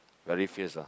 very fierce lah